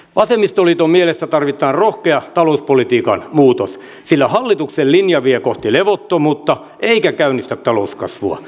vasemmistoliiton mielestä tarvitaan rohkea talouspolitiikan muutos sillä hallituksen linja vie kohti levottomuutta eikä käynnistä talouskasvua